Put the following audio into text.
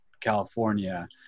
California